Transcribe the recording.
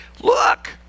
look